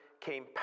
came